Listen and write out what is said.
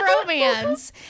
romance